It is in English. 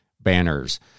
banners